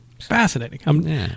Fascinating